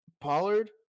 Pollard